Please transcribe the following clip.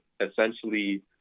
essentially